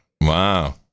Wow